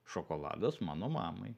šokoladas mano mamai